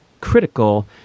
critical